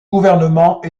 gouvernement